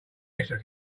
extra